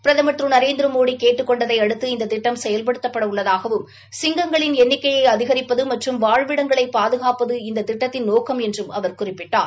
பிரதம் திரு நரேந்திரமோடி கேட்டுக் கொண்டதை அடுத்து இந்த திட்டம் செயல்படுத்தப்பட உள்ளதாகவும் சிங்கங்களின் எண்ணிக்கையை அதிகிப்பது மற்றும் வாழ்விடங்களை பாதுகாப்பது இந்த திட்டத்தின் நோக்கம் என்றும் அவர் குறிப்பிட்டார்